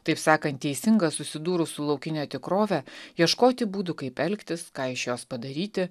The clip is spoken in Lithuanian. taip sakant teisinga susidūrus su laukine tikrove ieškoti būdų kaip elgtis ką iš jos padaryti